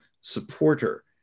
supporter